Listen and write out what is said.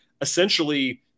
essentially